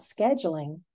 scheduling